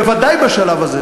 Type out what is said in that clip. בוודאי בשלב הזה.